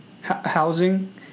housing